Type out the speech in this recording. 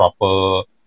proper